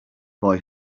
boy